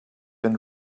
been